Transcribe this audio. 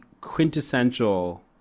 quintessential